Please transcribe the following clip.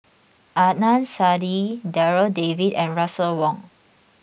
Adnan Saidi Darryl David and Russel Wong